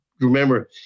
remember